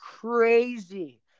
crazy